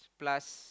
plus